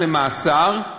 למאסר,